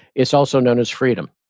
it's also known as freedom.